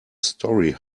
story